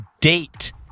date